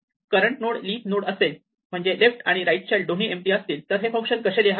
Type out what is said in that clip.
current node leaf node असेल म्हणजे left आणि राईट चाइल्ड दोन्ही एम्पटी असतील तर हे फंक्शन कसे लिहावे